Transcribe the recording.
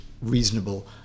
reasonable